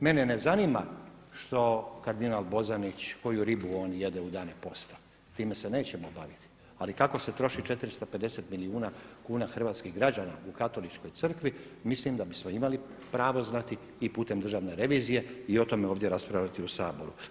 Mene ne zanima što kardinal Bozanić koju ribu on jede u dane posta, time se nećemo baviti, ali kako se troši 460 milijuna kuna hrvatskih građana u Katoličkoj crkvi mislim da bismo imali pravo znati i putem Državne revizije i o tome ovdje raspravljati u Saboru.